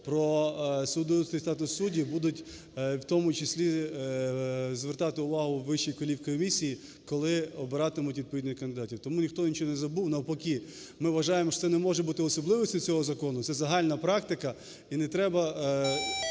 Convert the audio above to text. "Про судоустрій і статус суддів", будуть в тому числі звертати увагу Вищої кваліфкомісії, коли обиратимуть відповідних кандидатів. Тому ніхто нічого не забув, навпаки ми вважаємо, що це не може бути особливістю цього закону. Це загальна практика, і не треба